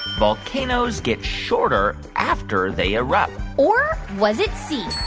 volcanoes get shorter after they erupt? or was it c,